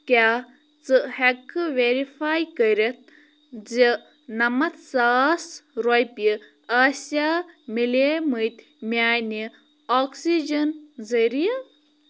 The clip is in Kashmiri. کیٛاہ ژٕ ہٮ۪کہٕ کھہٕ ویرِفَے کٔرِتھ زِ نَمَتھ ساس رۄپیہِ آسیٛا مِلیمٕتۍ میٛانہِ آکسِجَن ذٔریعہٕ